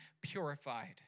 purified